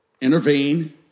intervene